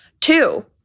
two